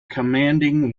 commanding